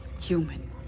Human